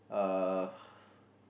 uh